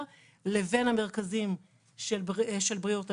אני לא אמרתי שלא.